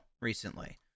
recently